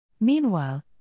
Meanwhile